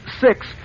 six